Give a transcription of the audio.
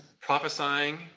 prophesying